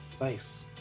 Nice